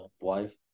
wife